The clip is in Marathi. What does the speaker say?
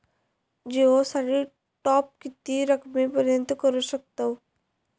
जिओ साठी टॉप किती रकमेपर्यंत करू शकतव?